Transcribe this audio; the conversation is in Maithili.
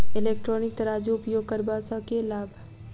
इलेक्ट्रॉनिक तराजू उपयोग करबा सऽ केँ लाभ?